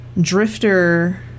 Drifter